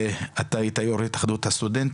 אתה היית יו"ר התאחדות הסטודנטים,